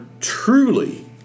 truly